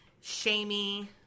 Shamey